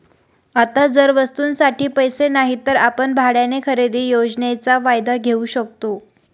आता जर वस्तूंसाठी पैसे नाहीत तर आपण भाड्याने खरेदी योजनेचा फायदा घेऊ शकता